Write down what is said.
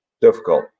difficult